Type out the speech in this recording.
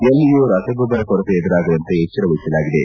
ಎಲ್ಲಿಯೂ ರಸಗೊಬ್ಲರ ಕೊರತೆ ಎದುರಾಗದಂತೆ ಎಚ್ಲರ ವಹಿಸಲಾಗಿದೆ